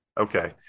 okay